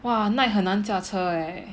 !wah! night 很难驾车 eh